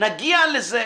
נגיע לזה.